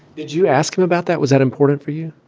did you ask him about that? was that important for you?